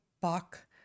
Bach